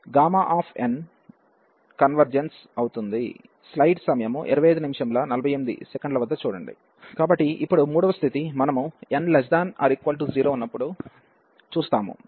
కాబట్టి ఇప్పుడు 3 వ స్థితి మనము n≤0 ఉన్నప్పుడు చర్చిస్తాము